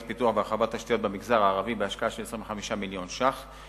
פיתוח והרחבת תשתיות במגזר הערבי בהשקעה של 25 מיליון ש"ח.